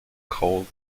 called